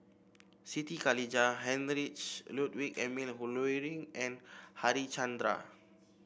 Siti Khalijah Heinrich Ludwig Emil Luering and Harichandra